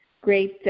great